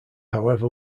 however